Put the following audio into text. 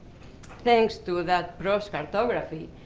thanks to that brush cartography,